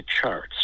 charts